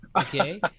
okay